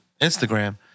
Instagram